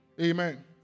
Amen